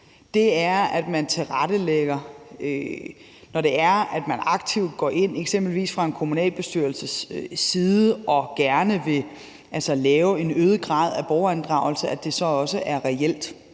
er, at man tilrettelægger det sådan, at når man aktivt går ind eksempelvis fra en kommunalbestyrelses side og gerne vil lave en øget grad af borgerinddragelse, så er det også reelt,